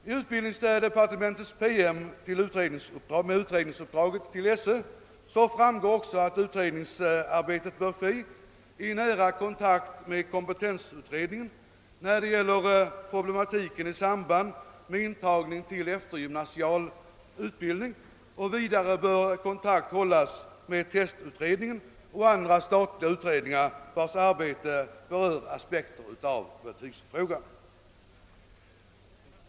I utbildningsdepartementets PM till skolöverstyrelsen i samband med utredningsuppdraget framgår också att utredningsarbetet bör ske i nära kontakt med kompetensutredningen när det gäller problematiken i samband med intagning till eftergymnasial utbildning, och vidare bör kontakt hållas med testutredningen och andra statliga utredningar, vilkas arbete berör aspekter av betygsfrågan.